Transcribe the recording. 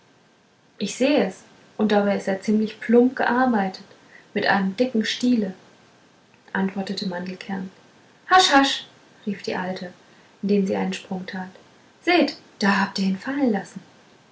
ich seh es und dabei ist er ziemlich plump gearbeitet mit einem dicken stiele antwortete mandelkern hasch hasch rief die alte indem sie einen sprung tat seht da habt ihr ihn fallen lassen